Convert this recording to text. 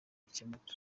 gikemuke